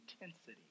intensity